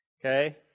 Okay